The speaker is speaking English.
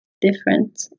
different